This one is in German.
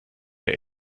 der